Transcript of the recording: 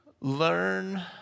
learn